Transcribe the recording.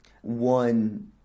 one